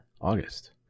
August